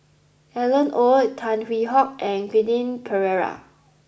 Alan Oei Tan Hwee Hock and Quentin Pereira